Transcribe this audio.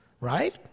right